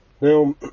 Now